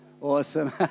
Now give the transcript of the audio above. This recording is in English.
Awesome